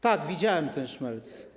Tak, widziałem ten szmelc.